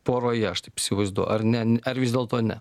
poroje aš taip įsivaizduo ar ne ar vis dėlto ne